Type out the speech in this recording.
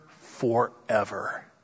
forever